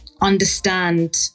understand